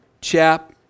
chap